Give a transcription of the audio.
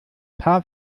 paar